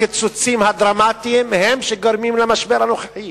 הקיצוצים הדרמטיים הם שגרמו למשבר הנוכחי.